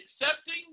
Accepting